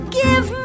give